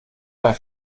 bei